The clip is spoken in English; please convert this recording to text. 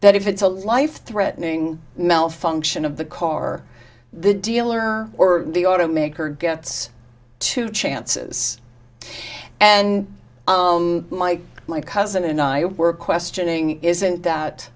that if it's a life threatening malfunction of the car the dealer or the auto maker gets two chances and mike my cousin and i were questioning isn't that